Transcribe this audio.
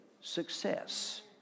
success